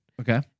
Okay